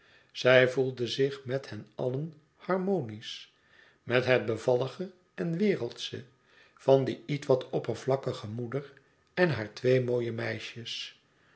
zij voelde zich met hen allen harmonisch met het bevallige en wereldsche van die ietwat oppervlakkige moeder en hare twee mooie meisjes